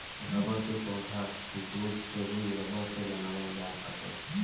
rubber के पौधा के दूध से ही रबर के बनावल जात बाटे